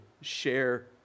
Share